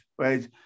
right